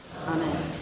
Amen